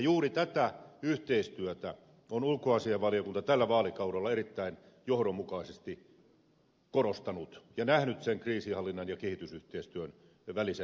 juuri tätä yhteistyötä on ulkoasiainvaliokunta tällä vaalikaudella erittäin johdonmukaisesti korostanut ja nähnyt sen kriisinhallinnan ja kehitysyhteistyön välisen yhteyden